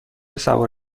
سوار